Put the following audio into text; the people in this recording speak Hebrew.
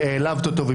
שהעלבת אותו.